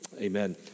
Amen